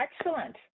Excellent